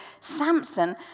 Samson